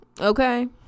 Okay